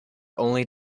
only